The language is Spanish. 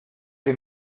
que